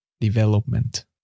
Development